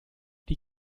die